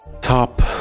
top